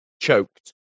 choked